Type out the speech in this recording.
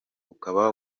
ukaba